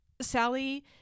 sally